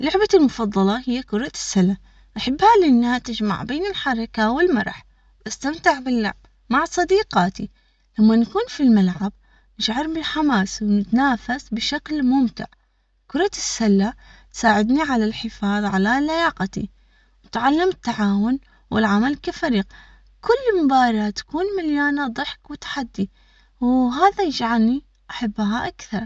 لعبتي المفضلة هي كرة السلة، أحبها لانها تجمع بين الحركة والمرح، بستمتع باللعب مع صديقاتي لما نكون في الملعب، نشعر بالحماس وبنتنافس بشكل ممتع، كرة السلة ساعدني على الحفاظ على لياقتي، وتعلم التعاون والعمل كفريق، كل مباراة تكون.